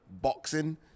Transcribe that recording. boxing